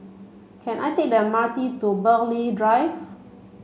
can I take the M R T to Burghley Drive